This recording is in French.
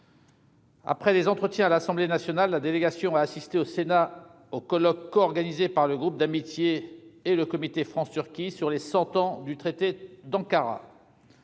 Après des entretiens à l'Assemblée nationale, la délégation a assisté au Sénat au colloque co-organisé par le groupe d'amitié et le comité France-Turquie sur les cent ans du traité d'Ankara.